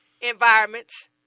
environments